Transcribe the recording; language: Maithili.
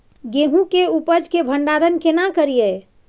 गेहूं के उपज के भंडारन केना करियै?